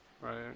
Right